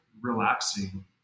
relaxing